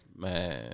Man